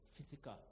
physical